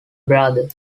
brother